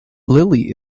lily